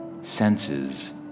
senses